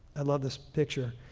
i love this picture.